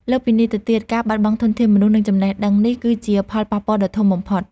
លើសពីនេះទៅទៀត ការបាត់បង់ធនធានមនុស្ស និងចំណេះដឹងនេះគឺជាផលប៉ះពាល់ដ៏ធំបំផុត។